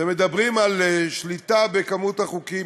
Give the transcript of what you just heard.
ומדברים על שליטה בכמות החוקים,